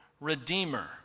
redeemer